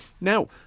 Now